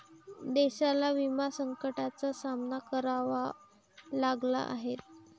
देशाला विमा संकटाचा सामना करावा लागला आहे